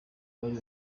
uwari